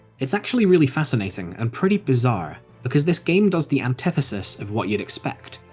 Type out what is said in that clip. it's actually really fascinating, and pretty bizarre, because this game does the antithesis of what you'd expect,